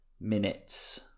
minutes